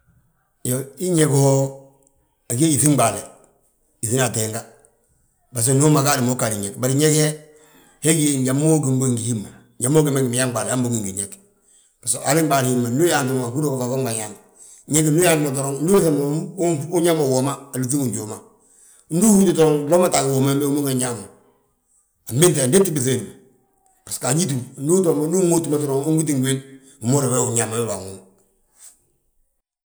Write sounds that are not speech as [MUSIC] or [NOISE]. Iyoo, hi ñég ho agí ge yíŧin ɓaale hina ateenga. Basgo ndu umma gaadi mo, uu ggaade, bari ñég he, he gí njali ma ugíni ngi hi ma. Nnjali ma ugíni ngi biñaŋ ɓaali ma hamma ugí ngi ñég. Baso halin ɓaali hiindi ma ndu yaanti mo [UNINTELLIGIBLE] ma fafanɓaŋ yaani, ñég ndu uyaanti ma doroŋ ndu ubiiŧa ma unñaa ma uwo ma, alúŧi ngi njuuma. Ndu uhúti doroŋ glo maa ga uwoma ndu wigi wi ma unñaa ma. Anbinte, andéte buŧi wiindi ma, basgo añitu ndu uyaanti mo ndu unŋóoti mo ugiti ngi wil, wi ma húri yaa wee wi uñaabà wi ma binwom.